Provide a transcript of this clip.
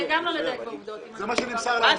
זה מה שנמסר לנו.